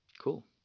Cool